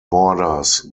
borders